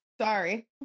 Sorry